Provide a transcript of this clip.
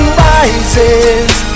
rises